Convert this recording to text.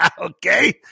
Okay